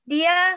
Dia